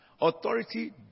Authority